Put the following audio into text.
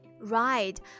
Right